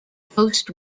post